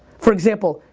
for example,